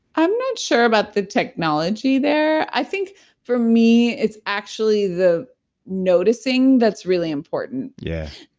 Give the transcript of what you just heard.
i'm not sure about the technology there. i think for me, it's actually the noticing that's really important yeah,